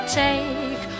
take